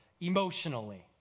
emotionally